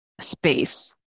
space